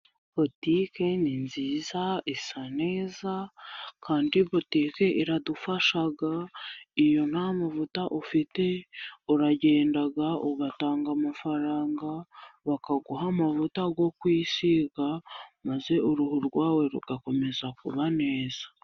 Botique ni nziza, isa neza, kandi botique iradufasha. Iyo nta mavuta ufite, uragenda, ugatanga amafaranga, bakaguha amavuta yo kwisiga, maze uruhu rwawe rugakomeza kuba neza.